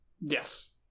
Yes